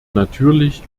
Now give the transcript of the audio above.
natürlich